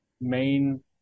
main